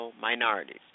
minorities